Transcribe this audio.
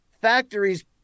factories